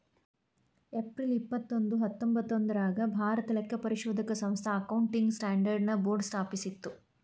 April ಇಪ್ಪತ್ತೊಂದು ಹತ್ತೊಂಭತ್ತ್ನೂರಾಗ್ ಭಾರತಾ ಲೆಕ್ಕಪರಿಶೋಧಕ ಸಂಸ್ಥಾ ಅಕೌಂಟಿಂಗ್ ಸ್ಟ್ಯಾಂಡರ್ಡ್ ನ ಬೋರ್ಡ್ ಸ್ಥಾಪಿಸ್ತು